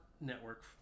network